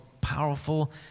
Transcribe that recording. powerful